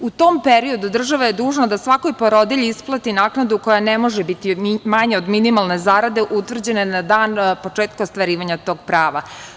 U tom periodu država je dužna da svakoj porodilji isplati naknadu koja ne može biti manja od minimalne zarade utvrđena je na dan početka ostvarivanja tog prava.